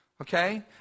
Okay